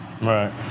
Right